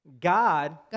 God